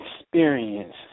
experience